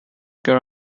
grew